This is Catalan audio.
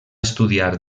estudiar